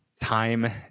Time